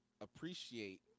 appreciate